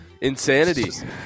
insanity